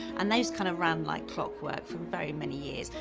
and those kind of ran like clockwork for very many years.